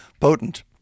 potent